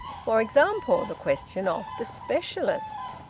for example the question of the specialist.